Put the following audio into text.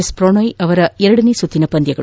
S Pranay ಅವರ ಎರಡನೇ ಸುತ್ತಿನ ಪಂದ್ಯಗಳು